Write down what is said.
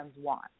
want